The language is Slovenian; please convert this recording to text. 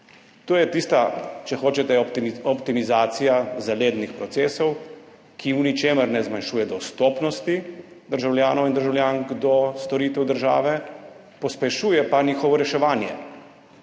To je tista, če hočete, optimizacija zalednih procesov, ki v ničemer ne zmanjšuje dostopnosti državljanov in državljank do storitev države, pospešuje pa njihovo reševanje,